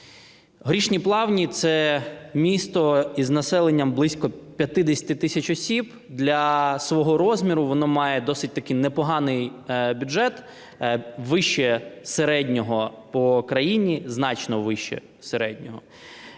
Горішні Плавні – це місто із населенням близько 50 тисяч осіб. Для свого розміру воно має досить таки непоганий бюджет, вище середнього по країні, значно вище середнього.